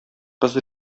кыз